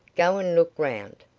go and look round.